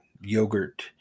yogurt